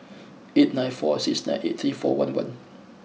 eight nine four six nine eight three four one one